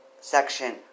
section